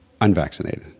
unvaccinated